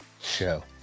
show